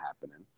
happening